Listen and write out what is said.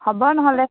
হ'ব নহ'লে